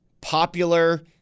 popular